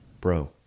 bro